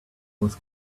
was